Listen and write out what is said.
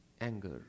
anger